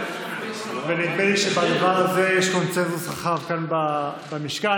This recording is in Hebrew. לי שבדבר הזה יש קונסנזוס רחב כאן במשכן.